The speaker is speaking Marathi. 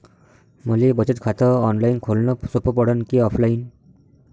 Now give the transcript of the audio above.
मले बचत खात ऑनलाईन खोलन सोपं पडन की ऑफलाईन?